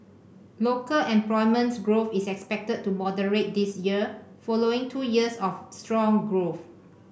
local employment growth is expected to moderate this year following two years of strong growth